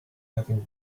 having